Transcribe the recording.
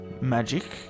magic